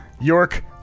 York